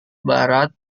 barat